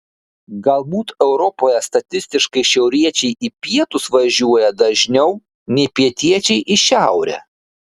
galbūt europoje statistiškai šiauriečiai į pietus važiuoja dažniau nei pietiečiai į šiaurę